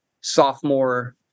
sophomore